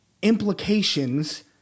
Implications